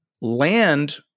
Land